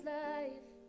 life